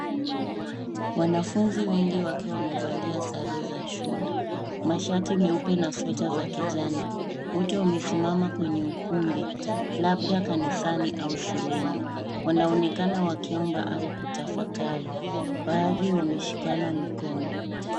Wanafunzi wengi wakiwa wamevalia sare za shule, mashati meupe na sweta za kijani. Wote wamesimama kwenye ukumbi, labda kasani au shuleni. Wanaonekana wakiomba au kutafakari. Baadhi wameshikana mikono.